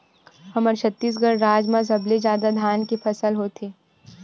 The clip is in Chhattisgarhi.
हमर छत्तीसगढ़ राज म सबले जादा धान के फसल होथे